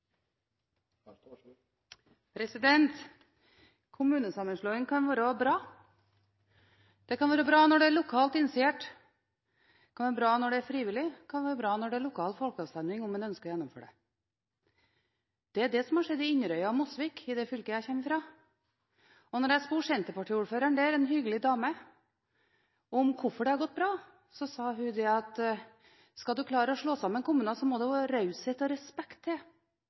det kan være bra når det er frivillig, det kan være bra når det er lokal folkeavstemning om en ønsker å gjennomføre det. Det er det som har skjedd i Inderøy og Mosvik i det fylket jeg kommer fra. Da jeg spurte senterpartiordføreren der – en hyggelig dame – om hvorfor det har gått bra, sa hun at skal du klare å slå sammen kommuner, må det raushet og respekt til,